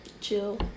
Chill